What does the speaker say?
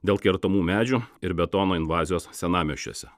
dėl kertamų medžių ir betono invazijos senamiesčiuose